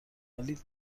ولی